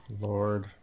Lord